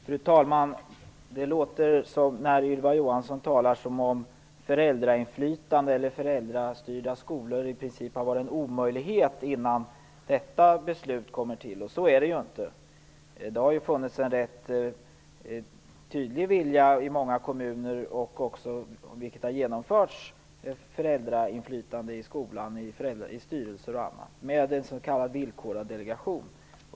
Fru talman! När Ylva Johansson talar låter det som om föräldrainflytande eller föräldrastyrda skolor i princip varit en omöjlighet fram till dess att detta beslut kommer till. Så är det inte. Det har ju i många kommuner funnits en rätt tydlig vilja och också ett föräldrainflytande i skolan, som ju redan har införts i bl.a. styrelser i och med en s.k. villkorad delegation.